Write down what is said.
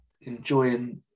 enjoying